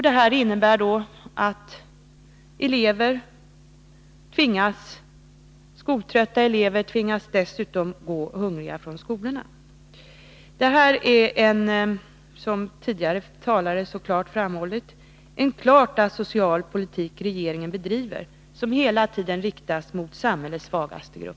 Detta innebär då att skoltrötta elever tvingas att dessutom gå hungriga från skolorna. Detta är, som tidigare talare så klart framhållit, en asocial politik regeringen bedriver som hela tiden riktas mot samhällets svagaste grup